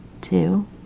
two